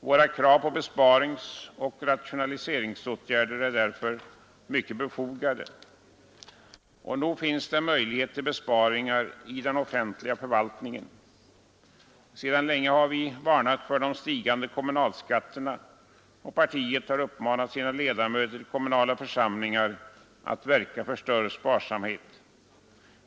Våra krav på besparingsoch rationaliseringsåtgärder är därför mycket befogade. Nog finns det möjlighet till besparingar i den offentliga förvaltningen. Sedan länge har vi varnat för de stigande kommunalskatterna, och partiet har uppmanat sina ledamöter i kommunala församlingar att verka för större sparsamhet.